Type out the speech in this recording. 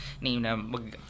name